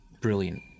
brilliant